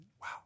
Wow